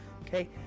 Okay